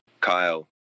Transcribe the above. Kyle